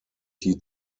die